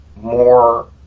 more